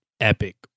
epic